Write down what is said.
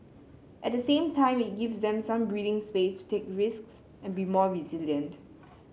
at the same time it gives them some breathing space to take risks and be more resilient